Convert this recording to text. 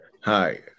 hi